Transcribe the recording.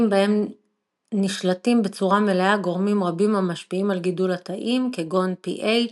בהם נשלטים בצורה מלאה גורמים רבים המשפיעים על גידול התאים כגון pH,